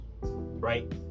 Right